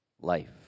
life